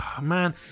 Man